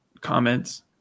comments